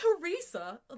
Teresa